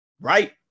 right